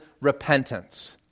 repentance